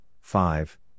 five